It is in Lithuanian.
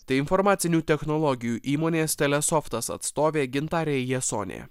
tai informacinių technologijų įmonės telesoftas atstovė gintarė jasonė